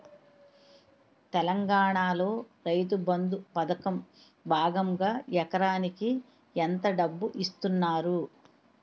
తెలంగాణలో రైతుబంధు పథకం భాగంగా ఎకరానికి ఎంత డబ్బు ఇస్తున్నారు?